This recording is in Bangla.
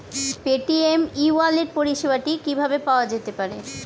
পেটিএম ই ওয়ালেট পরিষেবাটি কিভাবে পাওয়া যেতে পারে?